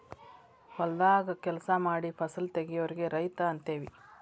ಹೊಲದಾಗ ಕೆಲಸಾ ಮಾಡಿ ಫಸಲ ತಗಿಯೋರಿಗೆ ರೈತ ಅಂತೆವಿ